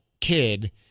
kid